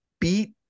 beat